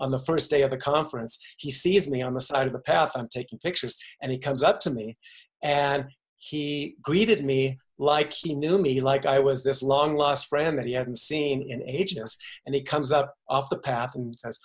on the first day of the conference to he sees me on the side of the path i'm taking pictures and he comes up to me and he greeted me like he knew me like i was this long lost friend that you haven't seen in ages and he comes out of the path